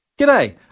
G'day